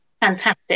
Fantastic